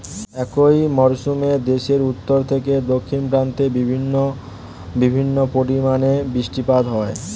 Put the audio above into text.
একই মরশুমে দেশের উত্তর থেকে দক্ষিণ প্রান্তে ভিন্ন ভিন্ন পরিমাণে বৃষ্টিপাত হয়